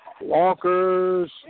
Walker's